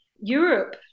Europe